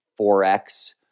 4X